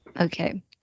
okay